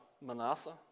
Manasseh